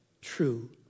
true